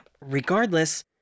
Regardless